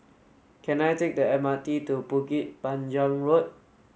can I take the M R T to Bukit Panjang Road